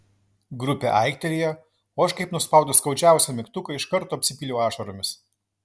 grupė aiktelėjo o aš kaip nuspaudus skaudžiausią mygtuką iš karto apsipyliau ašaromis